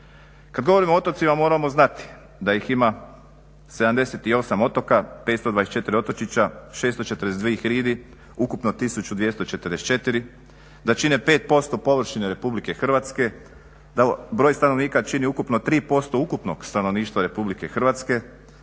Kad govorimo o otocima moramo znati da ih ima 78 otoka, 524 otočića, 642 hridi, ukupno 1244, da čine 5% površine RH, da broj stanovnika čini ukupno 3% ukupnog stanovništva RH, da Hrvatska